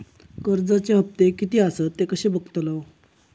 कर्जच्या हप्ते किती आसत ते कसे बगतलव?